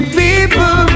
people